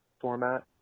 format